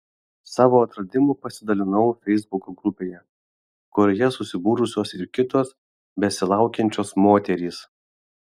savo atradimu pasidalinau feisbuko grupėje kurioje susibūrusios ir kitos besilaukiančios moterys